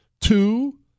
Two